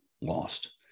lost